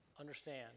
Understand